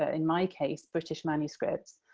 ah in my case, british manuscripts.